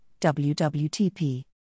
WWTP